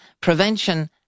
prevention